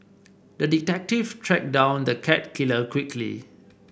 the detective tracked down the cat killer quickly